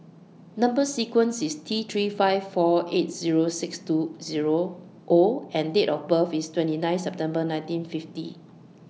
Number sequence IS T three five four eight Zero six two O and Date of birth IS twenty nine September nineteen fifty